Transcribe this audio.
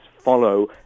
follow